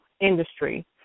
industry